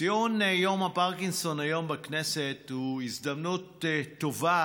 ציון יום הפרקינסון היום בכנסת הוא הזדמנות טובה